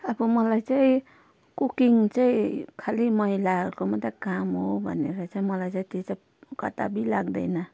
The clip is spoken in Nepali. अब मलाई चाहिँ कुकिङ चाहिँ खालि महिलाहरूको मात्रै काम हो भनेर चाहिँ मलाई चाहिँ त्यो चाहिँ कदापि लाग्दैन